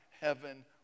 heaven